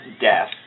death